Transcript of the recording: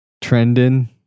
Trending